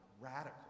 radical